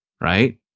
right